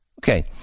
okay